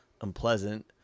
unpleasant